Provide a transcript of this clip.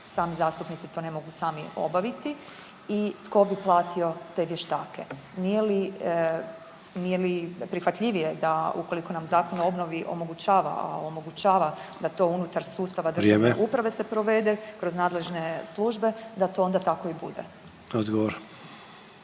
sami zastupnici to ne mogu sami obaviti i tko bi platio te vještake? Nije li prihvatljivije da ukoliko nam Zakon o obnovi omogućava, a omogućava da to unutar sustava državne uprave se provede … …/Upadica Sanader: Vrijeme./… … kroz nadležne službe, da to onda tako i bude.